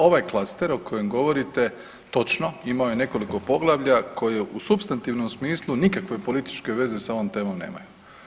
Ovaj klaster o kojem govorite, točno, imao je nekoliko poglavlja koji u supstantivnom smislu nikakve političke veze sa ovom temom nema.